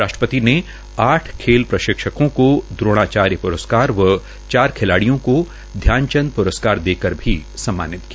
उन्होंने आठ खेल प्रशिक्षकों को दोणाचार्य पुरस्कार व चार खिलाड़ियों को ध्यानचंद प्रस्कार दे कर सम्मानित किया